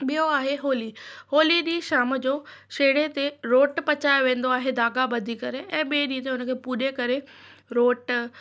ॿियो आहे होली होली ॾींहुं शाम जो छेणे ते रोटु पचायो वेन्दो आहे धागा ॿधी करे ऐं ॿे ॾींहुं ते उनखे पूॼे करे रोट